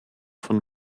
von